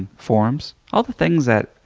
forms, all the things that